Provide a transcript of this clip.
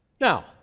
now